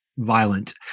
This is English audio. violent